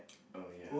oh ya